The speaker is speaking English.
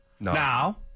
Now